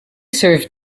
serve